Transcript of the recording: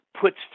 puts